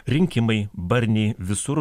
rinkimai barniai visur